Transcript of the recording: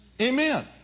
amen